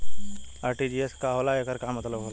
RTGS का होला एकर का मतलब होला?